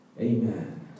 Amen